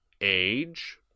Age